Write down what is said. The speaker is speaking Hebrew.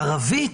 ערבית,